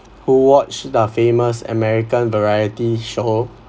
who watched the famous american variety show